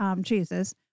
jesus